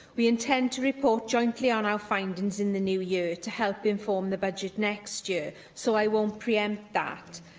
we intend to report jointly on our findings in the new year, to help inform the budget next year, so i won't pre-empt that.